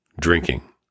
drinking